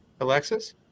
Alexis